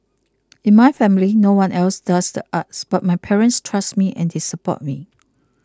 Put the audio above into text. in my family no one else does the arts but my parents trust me and they support me